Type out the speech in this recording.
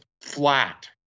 flat